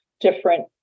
different